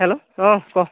hello অঁ ক